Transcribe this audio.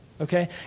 Okay